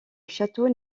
château